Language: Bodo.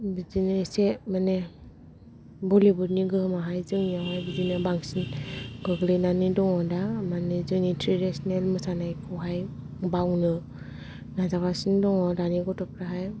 बिदिनो एसे माने बुलिउडनि गोहोम आवहाय जोंनि आवहाय बिदिनो बांसिन गोग्लैनानै दं दा माने जोंनि ट्रेदिसेनल मोसानायखौहाय बावनो नाजागासिनो दङ दानि गथ' फ्राहाय